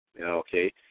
Okay